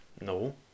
no